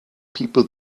people